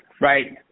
Right